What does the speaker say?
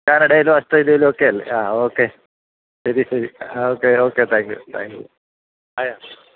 കാനഡേലോ ഓസ്ട്രേലിയേലോ ഒക്കെ അല്ലേ ആ ഓക്കെ ശരി ശരി ആ okay okay thank you thank you ആയ